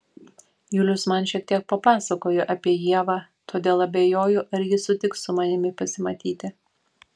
julius man šiek tiek papasakojo apie ievą todėl abejoju ar ji sutiks su manimi pasimatyti